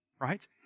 right